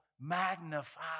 magnify